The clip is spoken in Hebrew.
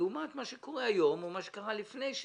לעומת מה שקורה היום או מה שקרה לפני?